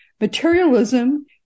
materialism